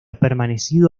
permanecido